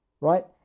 Right